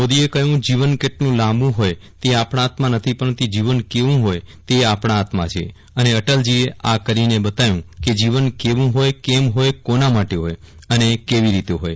મોદીએ કહ્યું જીવન કેટલું લાંબું હોય તે આપણા હાથમાં નથી પરંતુ જીવન કેવું હોય તે આપણા હાથમાં છે અને અટલજીએ આ કરીને બતાવ્યું કે જીવન કેવું હોય કેમ હોય કોના માટે હોય અને કેવી રીતે હોય